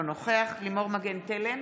אינו נוכח לימור מגן תלם,